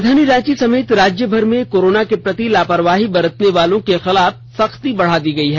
राजधानी रांची समेत राज्यभर में कोरोना के प्रति लापरवाही बरतने वालों के खिलाफ सख्ती बढ़ा दी गई है